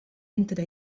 entre